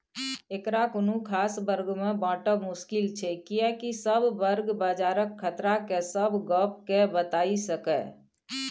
एकरा कुनु खास वर्ग में बाँटब मुश्किल छै कियेकी सब वर्ग बजारक खतरा के सब गप के बताई सकेए